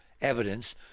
evidence